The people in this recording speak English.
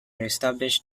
reestablish